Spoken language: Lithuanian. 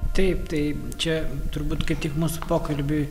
taip taip čia turbūt kaip tik mūsų pokalbiui